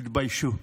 תתביישו.